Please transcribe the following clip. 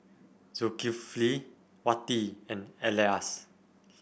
Zulkifli Wati and Elyas